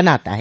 बनाता है